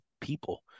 people